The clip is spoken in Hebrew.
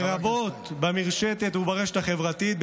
לרבות במרשתת וברשתות החברתיות,